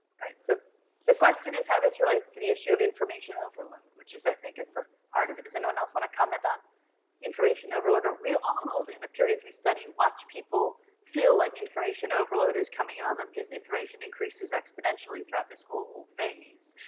so the question is how this relates to the issue of information overload which is i think at the heart of it. does anyone else want to comment on information overload? we all, in the periods we study, watch people feel like information overload is coming on them cause information increases exponentially throughout this whole phase.